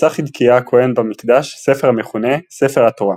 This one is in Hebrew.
מצא חלקיה הכהן במקדש ספר המכונה "ספר התורה",